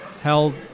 held